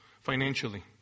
financially